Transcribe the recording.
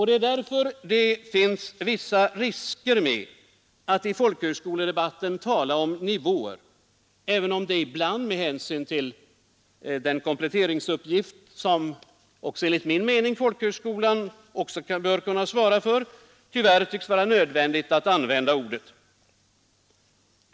Det är därför det finns vissa risker med att i folkhögskoledebatten tala om nivåer — även om det ibland med hänsyn till den kompletteringsuppgift, som enligt min mening folkhögskolan också bör kunna svara för, tyvärr tycks vara nödvändigt att använda ordet.